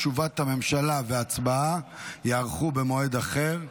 תשובת הממשלה והצבעה יהיו במועד אחר.